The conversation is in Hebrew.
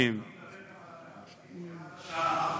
אני מדבר עד השעה 16:00,